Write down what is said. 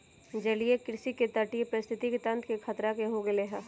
जलीय कृषि से तटीय पारिस्थितिक तंत्र के खतरा हो गैले है